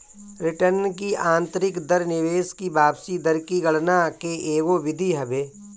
return की आतंरिक दर निवेश की वापसी दर की गणना के एगो विधि हवे